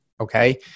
okay